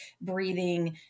breathing